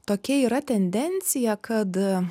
tokia yra tendencija kad